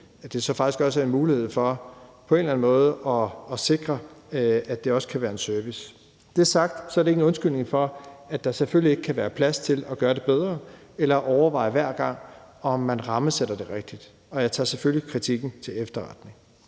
eller anden måde at sikre, at det også kan være en service. Når det er sagt, er det ikke en undskyldning for, at der selvfølgelig kan være plads til at gøre det bedre eller hver gang overveje, om man rammesætter det rigtigt, og jeg tager selvfølgelig kritikken til efterretning.